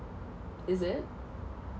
is it